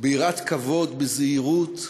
ביראת כבוד, בזהירות,